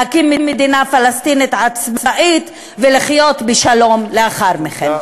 להקים מדינה פלסטינית עצמאית ולחיות בשלום לאחר מכן.